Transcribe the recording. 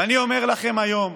ואני אומר לכם היום,